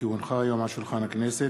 כי הונחה היום על שולחן הכנסת,